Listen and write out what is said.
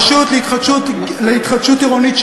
הרשות להתחדשות עירונית,